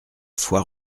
foire